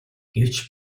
гэвч